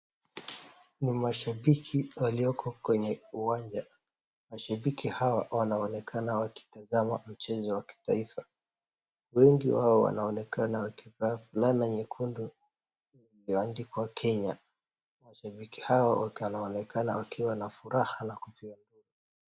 Ni mashabiki walioko kwenye uwanja. Mashabiki hawa wanaonekana wakitazama mchezo wa kitaifa. Wengi wao wanaonekana wakivaa fulana nyekundu iliyoandikwa Kenya. Mashabiki hawa wakiwa wanaonekana wakiwa na furaha na ku...